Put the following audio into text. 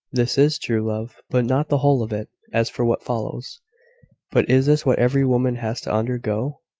this is true love but not the whole of it. as for what follows but is this what every woman has to undergo?